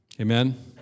Amen